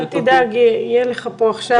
אל תדאג, יהיה לך פה עכשיו.